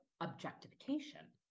objectification